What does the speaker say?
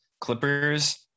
clippers